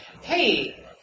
hey